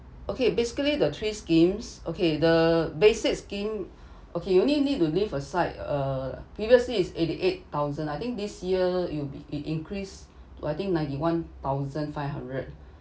okay basically the three schemes okay the basic scheme okay you only need to leave aside uh previously is eighty eight thousand I think this year it will be it increased to I think ninety one thousand five hundred